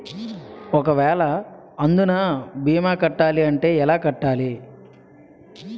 ఒక వేల అందునా భీమా కట్టాలి అంటే ఎలా కట్టాలి?